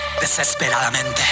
desesperadamente